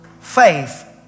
Faith